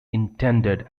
intended